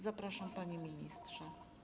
Zapraszam, panie ministrze.